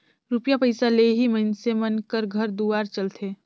रूपिया पइसा ले ही मइनसे मन कर घर दुवार चलथे